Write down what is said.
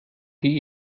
die